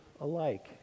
alike